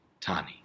Tani